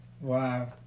Wow